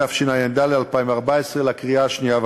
התשע"ד 2014, לקריאה שנייה ושלישית.